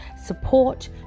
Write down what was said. support